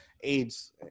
AIDS